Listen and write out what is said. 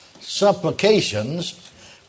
supplications